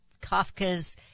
Kafka's